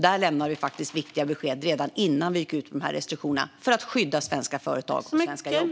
Där lämnade vi faktiskt viktiga besked redan innan vi gick ut med restriktionerna, och syftet var att skydda svenska företag och svenska jobb.